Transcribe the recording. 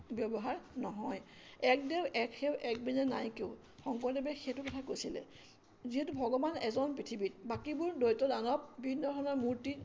ব্যৱহাৰ নহয় এক দেও এক সেৱ এক বিনে নাই কেও শংকৰদেৱে সেইটো কথা কৈছিলে যিহেতু ভগৱান এজন পৃথিৱীত বাকীবোৰ দৈত্য দানৱ বিভিন্ন ধৰণৰ মূৰ্তি